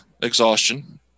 exhaustion